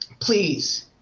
please,